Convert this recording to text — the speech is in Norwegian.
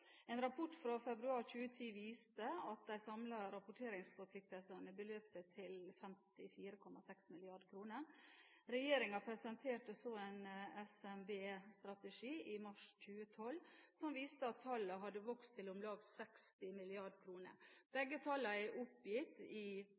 En rapport fra februar 2010 viste at de samlede rapporteringsforpliktelsene beløp seg til 54,6 mrd. kr. Regjeringen presenterte så en SMB-strategi i mars 2012 som viste at tallet hadde vokst til om lag 60